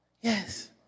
Yes